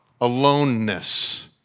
aloneness